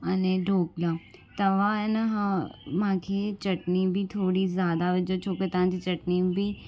अने ढोकला तव्हां हिन खां मांखे चटनी बि थोरी ज़्यादा विझिजो छोकी तव्हांजी चटनी बि